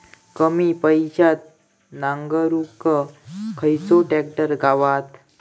कमी पैशात नांगरुक खयचो ट्रॅक्टर गावात?